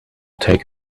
take